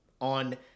on